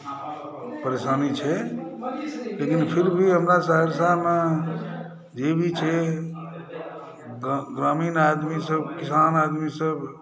परेशानी छै लेकिन फिर भी हमरा सहरसामे जे भी छै ग्रामीण आदमी सभ किसान आदमी सभ